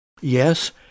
Yes